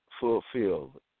fulfilled